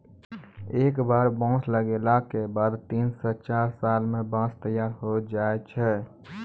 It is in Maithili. एक बार बांस लगैला के बाद तीन स चार साल मॅ बांंस तैयार होय जाय छै